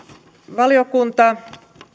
valiokunta